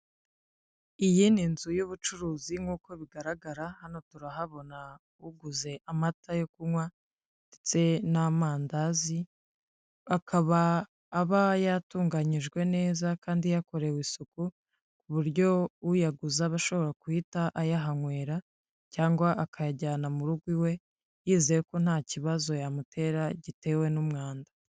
Iyi ni nzu y'ubucuruzi nk'uko bigaragara hano turahabona uguze amata yo kunywa, ndetse n'amandazi, akaba aba yatunganyijwe neza kandi yakorewe isuku, ku buryo uyaguza aba ashobora guhita ayahanywera, cyangwa akayajyana mu rugo iwe, yizeye ko nta kibazo yamutera gitewe n'umwanda,